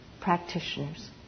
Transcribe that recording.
practitioners